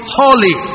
holy